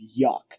yuck